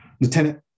lieutenant